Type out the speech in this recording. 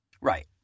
Right